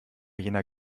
jener